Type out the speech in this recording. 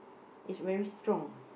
is very strong